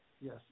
yes